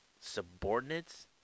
subordinates